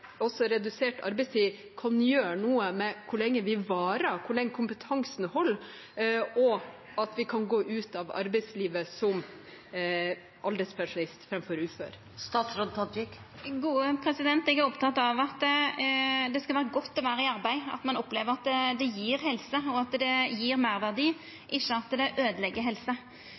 også redusert arbeidstid kan gjøre noe med hvor lenge vi varer, og hvor lenge kompetansen holder, og at vi kan gå ut av arbeidslivet som alderspensjonist framfor ufør. Eg er oppteken av at det skal vera godt å vera i arbeid, at ein opplever at det gjev helse og meirverdi, ikkje at det øydelegg helsa. Så når ein ser at